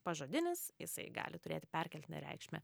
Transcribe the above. pažodinis jisai gali turėti perkeltinę reikšmę